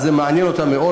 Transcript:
אז זה מעניין אותם מאוד,